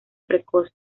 precoz